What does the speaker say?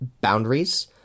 boundaries